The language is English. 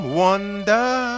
wonder